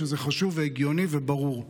שזה חשוב והגיוני וברור.